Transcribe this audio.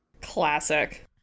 Classic